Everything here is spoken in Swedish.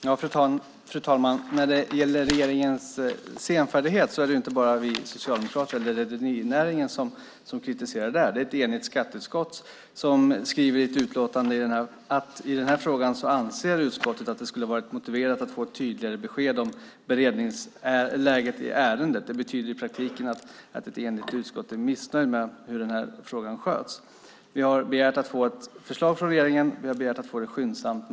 Fru talman! När det gäller regeringens senfärdighet är det inte bara vi socialdemokrater eller rederinäringen som kritiserar utan det är ett enigt skatteutskott som i ett utlåtande skriver att man i den här frågan anser att det skulle ha varit motiverat att få ett tydligare besked om beredningsläget i ärendet. Det betyder i praktiken att ett enigt utskott är missnöjt med hur den här frågan sköts. Vi har begärt att få ett förslag från regeringen. Vi har begärt att få det skyndsamt.